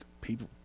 people